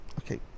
Okay